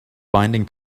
binding